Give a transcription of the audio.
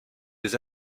des